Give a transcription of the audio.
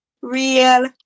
Real